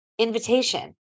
invitation